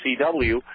CW